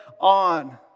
on